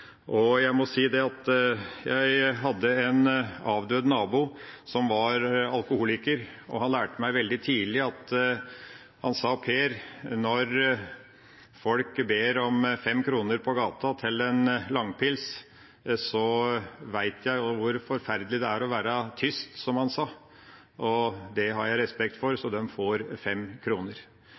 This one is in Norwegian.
Jeg hadde en nabo som er død nå, og som var alkoholiker. Han lærte meg noe veldig tidlig, han sa: Per, når folk ber om fem kroner på gaten til en langpils, vet jeg hvor forferdelig det er å være tørst. Det har jeg respekt for, så de får fem kroner.